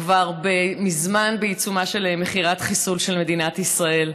כבר מזמן בעיצומה של מכירת חיסול של מדינת ישראל.